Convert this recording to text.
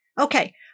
Okay